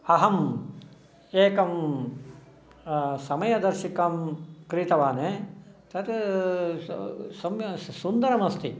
अहम् एकं समयदर्शिकां क्रीतवान् तत् सून्दरमस्ति